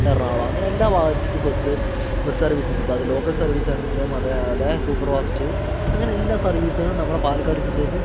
എറണാകുളം അങ്ങനെ എല്ലാ ഭാഗത്തേക്കും ബസ്സ് ബസ്സ് സർവീസുണ്ട് ഇപ്പോൾ അത് ലോക്കൽ സർവ്വീസാണെങ്കിലും അതെ അല്ല സൂപ്പർ ഫാസ്റ്റ് അങ്ങനെ എല്ലാ സർവ്വീസുകളും നമ്മുടെ പാലക്കാട് ജില്ലയിൽ നിന്ന്